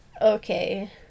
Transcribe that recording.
okay